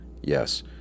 Yes